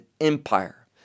empire